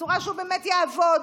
בצורה שהוא באמת יעבוד,